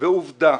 עובדה